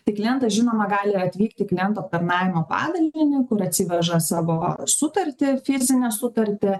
tai klientas žinoma gali atvykti klientų aptarnavimo padalinį kur atsiveža savo sutartį fizinę sutartį